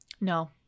No